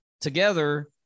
together